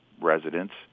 residents